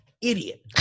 idiot